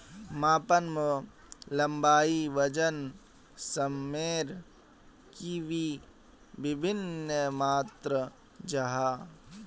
मापन लंबाई वजन सयमेर की वि भिन्न मात्र जाहा?